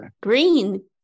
Green